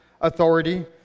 authority